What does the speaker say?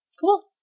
cool